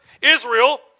Israel